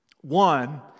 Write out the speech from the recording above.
One